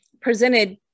presented